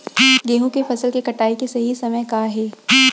गेहूँ के फसल के कटाई के सही समय का हे?